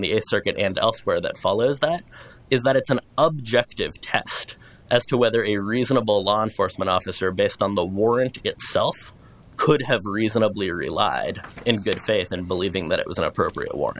the circuit and elsewhere that follows that is that it's an objective test as to whether a reasonable law enforcement officer based on the warrant could have reasonably relied in good faith and believing that it was an appropriate war